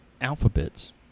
alphabets